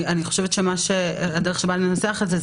אני חושבת שהדרך בה ננסח את זה,